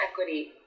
equity